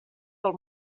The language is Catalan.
del